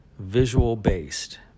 visual-based